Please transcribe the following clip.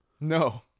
No